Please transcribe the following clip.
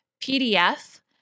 PDF